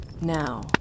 Now